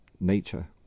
nature